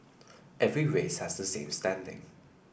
every race has the same standing